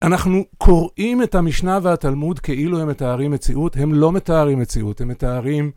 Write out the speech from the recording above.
אנחנו קוראים את המשנה והתלמוד כאילו הם מתארים מציאות, הם לא מתארים מציאות, הם מתארים...